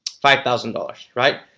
five thousand dollars, right?